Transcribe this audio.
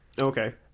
Okay